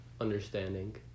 Understanding